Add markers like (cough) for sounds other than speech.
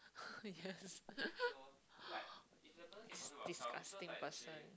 (laughs) yes (laughs) it's disgusting person